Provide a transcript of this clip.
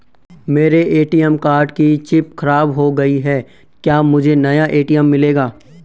मेरे ATM card की chip खराब हो गयी है क्या मुझे नया ए.टी.एम मिलेगा?